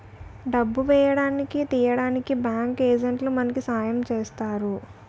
డబ్బు వేయడానికి తీయడానికి బ్యాంకు ఏజెంట్లే మనకి సాయం చేస్తారు